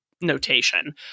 notation –